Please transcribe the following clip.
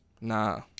Nah